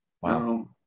Wow